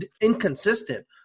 inconsistent